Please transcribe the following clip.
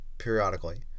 periodically